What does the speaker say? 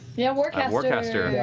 yeah war kind of war caster. yeah